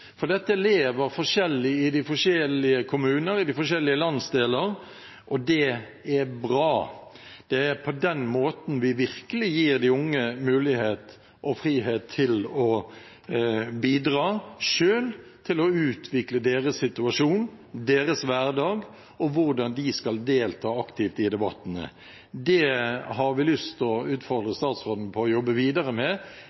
Dette lever forskjellig i de forskjellige kommuner i de forskjellige landsdeler, og det er bra. Det er på den måten vi virkelig gir de unge mulighet og frihet til å bidra selv til å utvikle sin situasjon og sin hverdag og hvordan de skal delta aktivt i debattene. Det har vi lyst til å